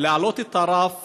להעלות את הרף